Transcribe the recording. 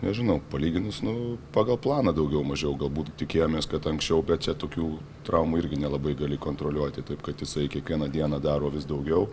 nežinau palyginus nu pagal planą daugiau mažiau galbūt tikėjomės kad anksčiau bet čia tokių traumų irgi nelabai gali kontroliuoti taip kad jisai kiekvieną dieną daro vis daugiau